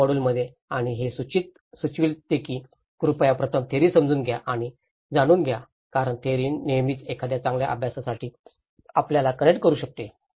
पहिल्या मॉड्यूलमध्ये आणि हे सूचविते की कृपया प्रथम थेअरी समजून घ्या आणि जाणून घ्या कारण थेअरी नेहमीच एखाद्या चांगल्या अभ्यासासाठी आपल्याला कनेक्ट करू शकते